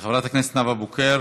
חברת הכנסת נאוה בוקר.